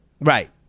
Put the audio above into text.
Right